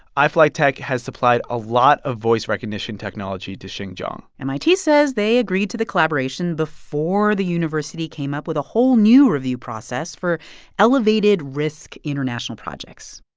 iflytek has supplied a lot of voice recognition technology to xinjiang mit says they agreed to the collaboration before the university came up with a whole new review process for elevated-risk international projects.